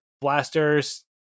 blasters